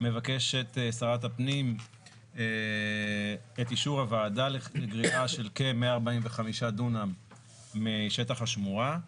מבקשת שרת הפנים את אישור הוועדה לגריעה של כ-145 דונם משטח השמורה.